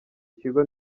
kigo